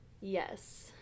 Yes